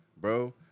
bro